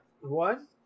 One